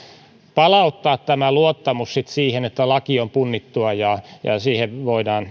palauttaa tämän luottamuksen siihen että laki on punnittua ja siihen voidaan